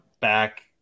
back